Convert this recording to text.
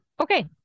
Okay